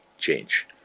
Change